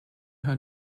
her